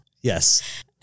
Yes